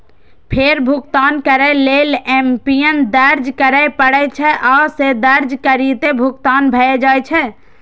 फेर भुगतान करै लेल एमपिन दर्ज करय पड़ै छै, आ से दर्ज करिते भुगतान भए जाइ छै